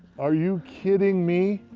are you kidding me?